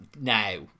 now